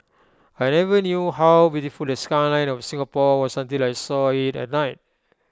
I never knew how beautiful the skyline of Singapore was until I saw IT at night